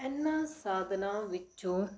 ਇਹਨਾਂ ਸਾਧਨਾਂ ਵਿੱਚੋਂ